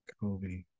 Kobe